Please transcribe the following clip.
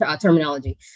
terminology